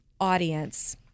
audience